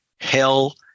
hell